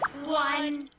one,